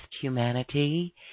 humanity